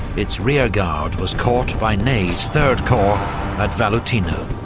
its rearguard was caught by ney's third corps at valutino,